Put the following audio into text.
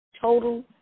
total